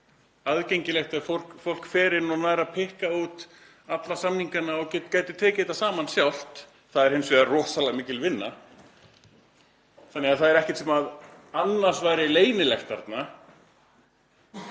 aðgengilegt ef fólk fer inn og nær að pikka út alla samningana og gæti tekið þetta saman sjálft. Það er hins vegar rosalega mikil vinna. Það er ekkert þarna sem annars er leynilegt. Það